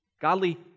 Godly